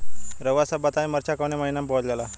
रउआ सभ बताई मरचा कवने महीना में बोवल जाला?